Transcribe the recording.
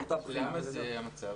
למה זה המצב?